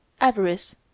avarice